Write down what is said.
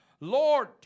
Lord